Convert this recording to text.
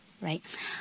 right